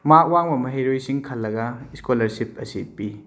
ꯃꯥꯛ ꯋꯥꯡꯕ ꯃꯍꯩꯔꯣꯏꯁꯤꯡ ꯈꯜꯂꯒ ꯁ꯭ꯀꯣꯂꯔꯁꯤꯞ ꯑꯁꯤ ꯄꯤ